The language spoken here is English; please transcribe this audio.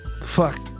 Fuck